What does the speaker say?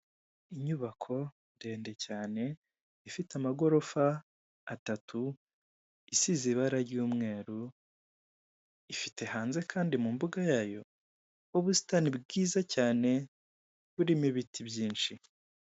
Inyubako ndende cyane ifite amagorofa atatu, isize ibara ry'umweru, ifite hanze kandi mu mbuga yayo ubusitani bwiza cyane burimo ibiti byinshi.